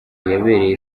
yabereye